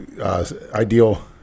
ideal